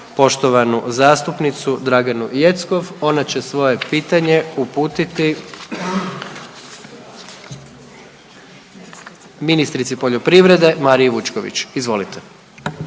poštovanu zastupnicu Draganu Jeckov, ona će svoje pitanje uputiti ministrici poljoprivrede Mariji Vučković, izvolite.